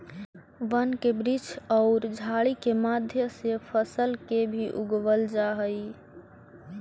वन के वृक्ष औउर झाड़ि के मध्य से फसल के भी उगवल जा हई